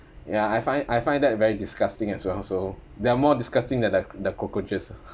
ya I find I find that very disgusting as well so they are more disgusting than the the cockroaches ah